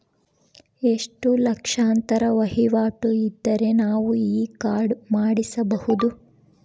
ಎಷ್ಟು ಲಕ್ಷಾಂತರ ವಹಿವಾಟು ಇದ್ದರೆ ನಾವು ಈ ಕಾರ್ಡ್ ಮಾಡಿಸಬಹುದು?